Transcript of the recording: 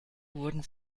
wurden